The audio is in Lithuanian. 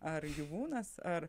ar gyvūnas ar